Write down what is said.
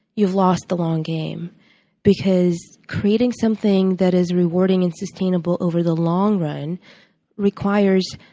you've lost the long-game because creating something that is rewarding and sustainable over the long run requires,